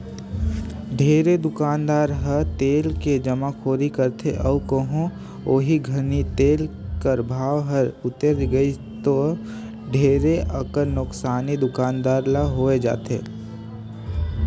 ढेरे दुकानदार ह तेल के जमाखोरी करथे अउ कहों ओही घनी तेल कर भाव हर उतेर गइस ता ढेरे अकन नोसकानी दुकानदार ल होए जाथे